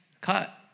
cut